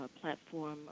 platform